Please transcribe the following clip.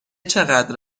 چقدر